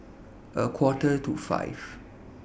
A Quarter to five